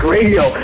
Radio